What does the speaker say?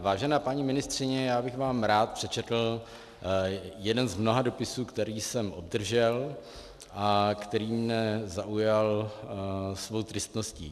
Vážená paní ministryně, já bych vám rád přečetl jeden z mnoha dopisů, který jsem obdržel a který mě zaujal svou tristností.